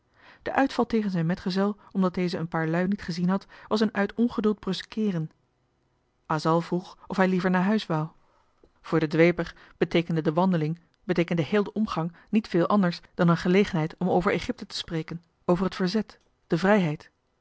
de uitval tegen zijn metgezel omdat deze een paar lui niet gezien had was een uit ongeduld bruskeeren asal vroeg of hij liever naar huis wou voor den dweper beteekende de wandeling beteekende heel de omgang niet veel anders dan een gelegenheid om over egypte te spreken over het verzet de vrijheid